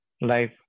life